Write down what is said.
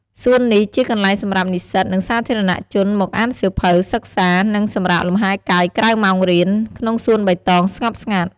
សួននេះ ជាកន្លែងសម្រាប់និស្សិត និងសាធារណៈជនមកអានសៀវភៅ សិក្សា និងសម្រាកលំហែកាយក្រៅម៉ោងរៀន ក្នុងសួនបៃតង ស្ងប់ស្ងាត់។